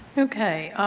okay.